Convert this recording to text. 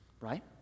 Right